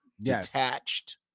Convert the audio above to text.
detached